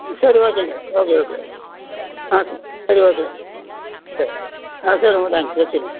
ம் சரி ஓகேங்க ஓகே ஓகே ஆ சரி சரி ஓகே சரி ஆ சரி ரொம்ப தேங்க்ஸ் வச்சிடுங்க